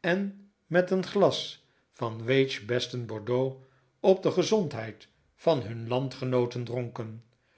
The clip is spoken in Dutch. en met een glas van wayte's besten bordeaux op de gezondheid van hun landgenooten dronken